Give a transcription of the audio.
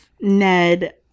Ned